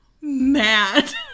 mad